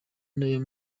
nayo